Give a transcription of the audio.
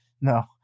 No